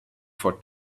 for